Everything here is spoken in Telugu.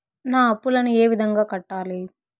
నా అప్పులను ఏ విధంగా కట్టాలి?